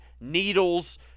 needles